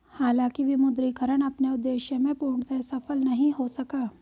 हालांकि विमुद्रीकरण अपने उद्देश्य में पूर्णतः सफल नहीं हो सका